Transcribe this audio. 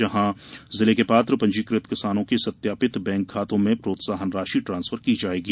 जहां जिले के पात्र पंजीकृत किसानों के सत्यापित बैंक खातों में प्रोत्साहन राशि ट्रांसफर की जायेगी